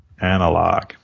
Analog